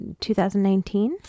2019